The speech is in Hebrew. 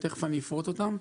אני תכף אפרט אותם.